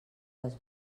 les